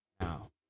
Now